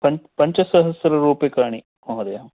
पञ् पञ्चसहस्ररूप्यकाणि महोदयः